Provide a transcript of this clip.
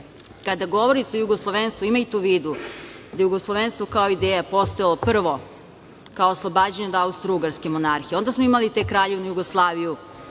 govorite o jugoslovenstvu, imajte u vidu da je jugoslovenstvo kao ideja postojala prvo kao oslobađanje od Austrougarske monarhije. Onda smo imali Kraljevinu Jugoslaviju,